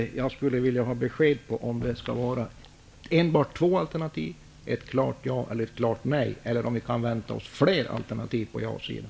Jag skulle vilja ha ett besked om huruvida det skall vara enbart två alternativ -- ett klart ja eller ett klart nej -- eller om man kan förvänta sig fler alternativ på ja-sidan.